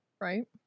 right